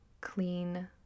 clean